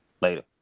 Later